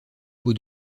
peau